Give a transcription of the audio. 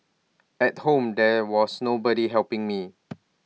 at home there was nobody helping me